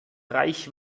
reich